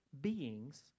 beings